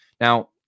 Now